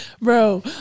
Bro